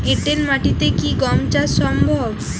এঁটেল মাটিতে কি গম চাষ সম্ভব?